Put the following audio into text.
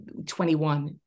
21